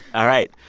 all right.